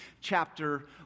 chapter